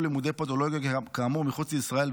לימודי פודולוגיה כאמור מחוץ לישראל,